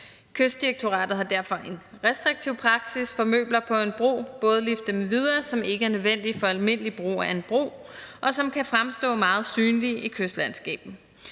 Kystdirektoratet har derfor en restriktiv praksis for møbler på en bro og bådlifte m.v., som ikke er nødvendige for almindelig brug af en bro, og som kan fremstå meget synlige i kystlandskabet.